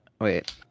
wait